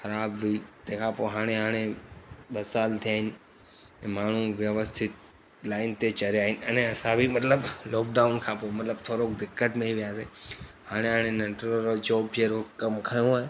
ख़राब हुई तंहिंखां पोइ हाणे हाणे ॿ साल थिया आहिनि के माण्हू व्यवस्थित लाइन ते चढ़िया आहिनि अने असां बि मतिलबु लोकडाउन खां पोइ मतिलब थोरो दिक़त में वियासीं हाणे हाणे नंढरो जो ॿीहरो कमु खयों आहे